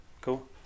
Cool